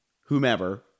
whomever